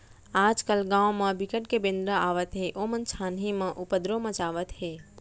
आजकाल गाँव म बिकट के बेंदरा आवत हे ओमन छानही म उपदरो मचावत हे